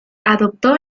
adoptó